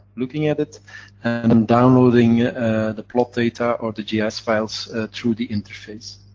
looking at it and um downloading the plot data or the gs files through the interface.